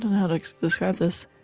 how to describe this,